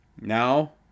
now